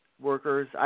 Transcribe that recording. workers